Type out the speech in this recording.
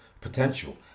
potential